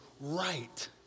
right